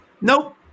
Nope